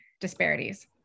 disparities